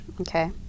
Okay